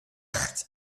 lucht